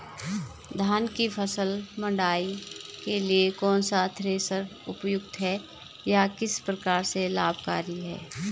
धान की फसल मड़ाई के लिए कौन सा थ्रेशर उपयुक्त है यह किस प्रकार से लाभकारी है?